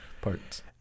parts